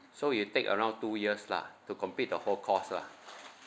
so it'll take around two years lah to complete the whole course lah